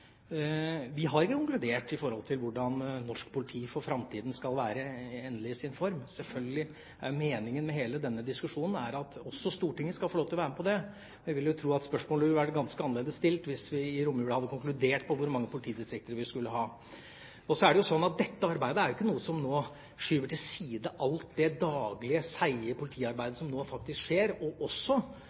Vi har ikke konkludert i forhold til hvordan norsk politi for framtida skal være i sin endelige form. Meningen med hele denne diskusjonen er selvfølgelig at også Stortinget skal få lov til å være med på dette. Jeg vil jo tro at spørsmålet ville vært ganske annerledes stilt hvis vi i romjula hadde konkludert i forhold til hvor mange politidistrikter vi skulle ha. Så er det ikke slik at dette arbeidet skyver til side alt det daglige, seige politiarbeidet som nå gjøres, og også